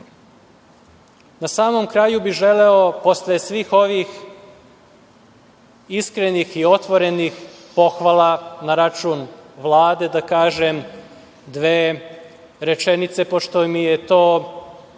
samom kraju bih želeo posle svih ovih iskrenih i otvorenih pohvala na račun Vlade da kažem dve rečenice, pošto mi je to